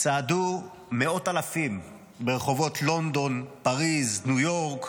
צעדו מאות אלפים ברחבי לונדון, פריז, ניו יורק,